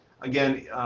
again